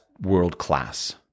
world-class